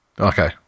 Okay